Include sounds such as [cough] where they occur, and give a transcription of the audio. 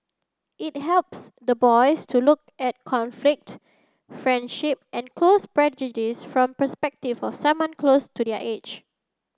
it helps the boys to look at conflict friendship and [unintelligible] prejudice from perspective of someone close to their age